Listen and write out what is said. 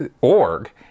org